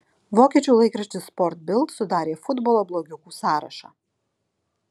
vokiečių laikraštis sport bild sudarė futbolo blogiukų sąrašą